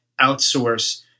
outsource